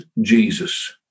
Jesus